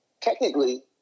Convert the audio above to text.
Technically